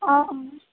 অ অ